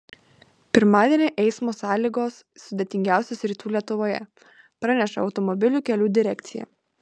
pirmadienį eismo sąlygos sudėtingiausios rytų lietuvoje praneša automobilių kelių direkcija